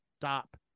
stop